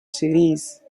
series